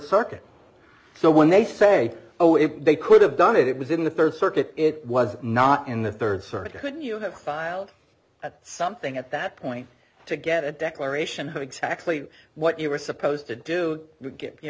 circuit so when they say oh if they could have done it it was in the third circuit it was not in the third circuit could you have filed at something at that point to get a declaration of exactly what you were supposed to do